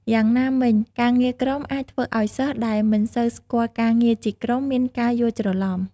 យ៉ាងណាមិញ ការងារក្រុមអាចធ្វើឲ្យសិស្សដែលមិនសូវស្គាល់ការងារជាក្រុមមានការយល់ច្រឡំ។